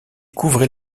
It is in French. couvrait